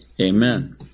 amen